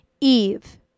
Eve